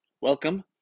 Welcome